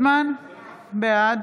בעד